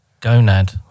gonad